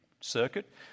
circuit